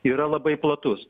yra labai platus